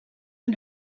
een